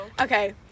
Okay